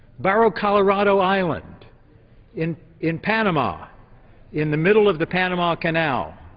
borrowed colorado island in in panama in the middle of the panama canal,